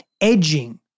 edging